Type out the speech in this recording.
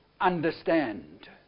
understand